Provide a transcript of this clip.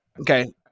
okay